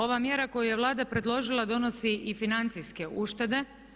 Ova mjera koju je Vlada predložila donosi i financijske uštede.